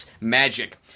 Magic